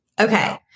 Okay